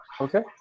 okay